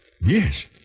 Yes